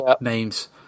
names